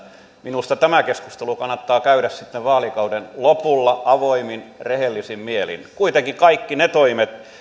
minusta tämä keskustelu kannattaa käydä sitten vaalikauden lopulla avoimin rehellisin mielin kuitenkin kaikki ne toimet